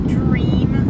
dream